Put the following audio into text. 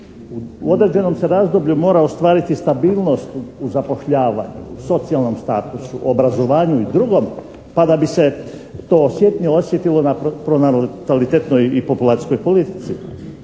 U određenom se razvoju mora ostvariti stabilnost u zapošljavanju u socijalnom statusu, obrazovanju i drugom pa da bi se to osjetnije osjetilo na pronatalitetnoj i populacijskoj politici.